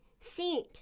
seat